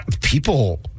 people